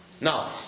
Now